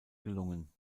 gelungen